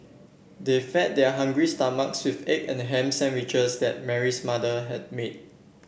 they fed their hungry stomachs with egg and ham sandwiches that Mary's mother had made